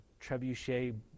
trebuchet